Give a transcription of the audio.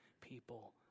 people